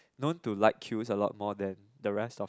known to like queues a lot more than the rest of